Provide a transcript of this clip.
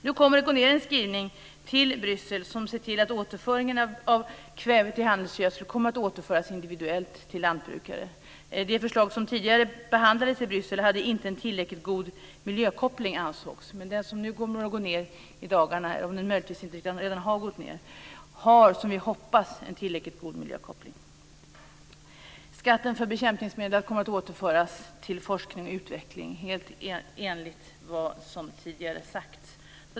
Nu kommer det att gå ned en skrivning till Bryssel som innebär att återföringen av kväve till handelsgödsel kommer att ske individuellt till lantbrukare. Det förslag som tidigare behandlades i Bryssel hade inte en tillräckligt god miljökoppling, ansågs det. Men den skrivning som nu kommer att gå ned - möjligtvis redan har gått ned - har en, som vi hoppas, tillräckligt god miljökoppling. Skatten på bekämpningsmedel kommer att återföras till forskning och utveckling, helt enligt vad som tidigare sagts.